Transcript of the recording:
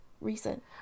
recent